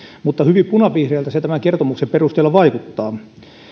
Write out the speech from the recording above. mutta hyvin punavihreältä se tämän kertomuksen perusteella vaikuttaa